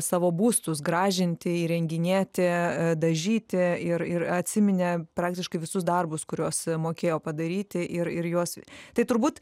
savo būstus gražinti įrenginėti dažyti ir ir atsiminė praktiškai visus darbus kuriuos mokėjo padaryti ir ir juos tai turbūt